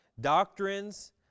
Doctrines